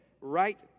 right